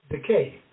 Decay